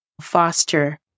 foster